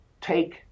take